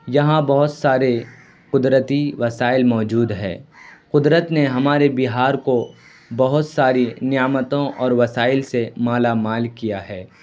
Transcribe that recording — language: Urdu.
یہاں بہت سارے قدرتی وسائل موجود ہے قدرت نے ہمارے بہار کو بہت ساری نعمتوں اور وسائل سے مالا مال کیا ہے